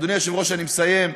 אדוני היושב-ראש, אני מסיים.